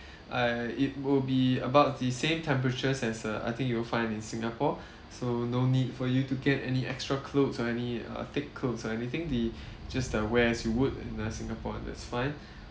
uh it will be about the same temperatures as err I think you will find in singapore so no need for you to get any extra clothes or any uh thick clothes or anything the just uh wear as you would in uh singapore and that's fine